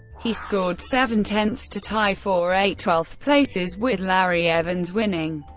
he scored seven ten to tie for eight twelfth places, with larry evans winning.